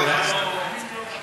אני לא רוצה לגרום לכם יותר נזק.